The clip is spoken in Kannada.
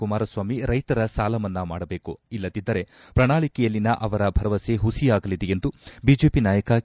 ಕುಮಾರಸ್ವಾಮಿ ರೈತರ ಸಾಲ ಮನ್ನಾ ಮಾಡಬೇಕು ಇಲ್ಲದಿದ್ದರೆ ಪ್ರಣಾಳಿಕೆಯಲ್ಲಿನ ಅವರ ಭರವಸೆ ಹುಸಿಯಾಗಲಿದೆ ಎಂದು ಬಿಜೆಪಿ ನಾಯಕ ಕೆ